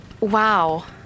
wow